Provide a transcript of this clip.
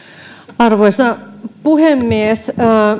arvoisa puhemies